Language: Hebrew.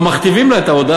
גם מכתיבים לה את ההודעה.